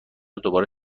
دوباره